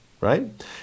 right